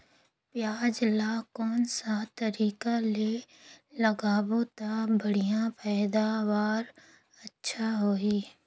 पियाज ला कोन सा तरीका ले लगाबो ता बढ़िया पैदावार अच्छा होही?